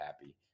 happy